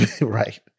Right